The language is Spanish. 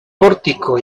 pórtico